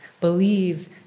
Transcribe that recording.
believe